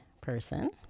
person